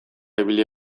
ibili